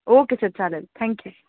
okay sir चालेल thank you